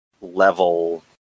level